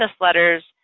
letters